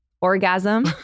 orgasm